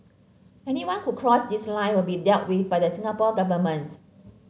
anyone who cross this line will be dealt with by the Singapore Government